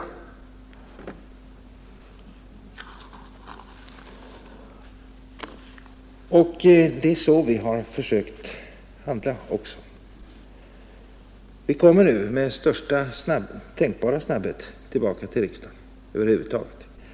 Det är också på det sättet vi har försökt handla, och vi kommer nu med största tänkbara snabbhet tillbaka till riksdagen.